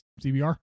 CBR